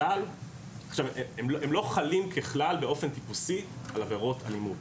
הם לא חלים ככלל באופן טיפוסי על עבירות אלימות.